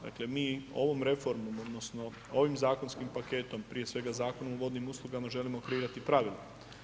Dakle mi ovom reformom odnosno ovim zakonskim paketom prije svega Zakonom o vodnim uslugama želimo kreirati pravilnik.